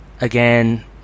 again